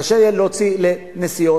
קשה יהיה להוציא לנסיעות.